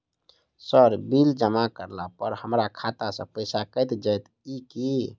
Sir bill जमा करला पर हमरा खाता सऽ पैसा कैट जाइत ई की?